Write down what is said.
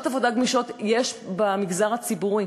שעות עבודה גמישות, יש, במגזר הציבורי.